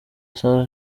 asanga